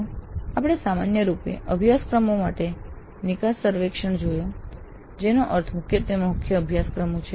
તો આપણે સામાન્ય રૂપે અભ્યાસક્રમો માટે નિકાસ સર્વેક્ષણ જોયા જેનો અર્થ મુખ્યત્વે મુખ્ય અભ્યાસક્રમો છે